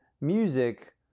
music